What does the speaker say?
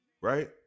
right